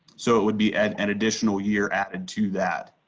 so it would be an additional year added to that.